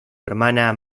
hermana